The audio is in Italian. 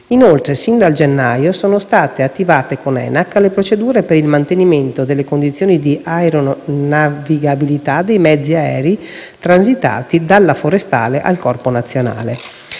Inoltre, sin da gennaio, sono state attivate con l'ENAC le procedure per il mantenimento delle condizioni di aeronavigabilità dei mezzi aerei transitati dalla forestale al Corpo nazionale.